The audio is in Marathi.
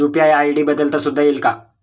यू.पी.आय आय.डी बदलता सुद्धा येईल का?